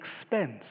expense